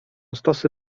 stosy